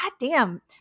goddamn